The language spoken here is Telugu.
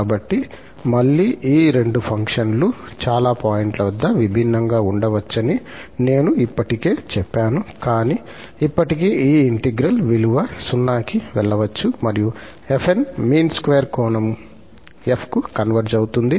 కాబట్టి మళ్ళీ ఈ రెండు ఫంక్షన్లు చాలా పాయింట్ల వద్ద విభిన్నంగా ఉండవచ్చని నేను ఇప్పటికే చెప్పాను కానీ ఇప్పటికీ ఈ ఇంటెగ్రల్ విలువ 0 కి వెళ్ళవచ్చు మరియు 𝑓𝑛 మీన్ స్క్వేర్ కోణంలో 𝑓 కు కన్వర్జ్ అవుతుంది